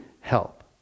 help